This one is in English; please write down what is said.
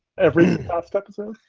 every past episode.